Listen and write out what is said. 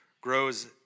grows